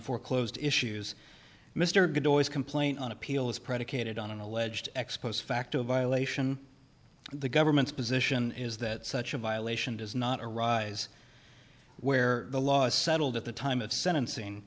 foreclosed issues mr good always complaint on appeal is predicated on an alleged ex post facto violation of the government's position is that such a violation does not arise where the law is settled at the time of sentencing